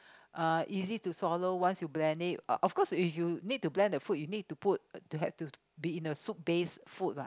uh easy to swallow once you blend it of course if you need to blend the food you need to put to have to be in a soup based food lah